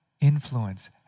influence